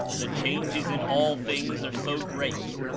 the changes in all things are so great,